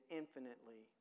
infinitely